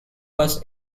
was